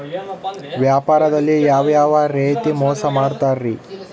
ವ್ಯಾಪಾರದಲ್ಲಿ ಯಾವ್ಯಾವ ರೇತಿ ಮೋಸ ಮಾಡ್ತಾರ್ರಿ?